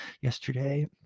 yesterday